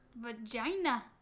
vagina